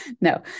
No